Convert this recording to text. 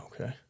Okay